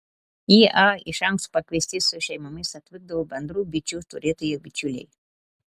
į a iš anksto pakviesti su šeimomis atvykdavo bendrų bičių turėtojai bičiuliai